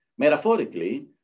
Metaphorically